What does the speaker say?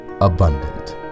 abundant